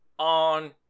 On